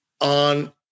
on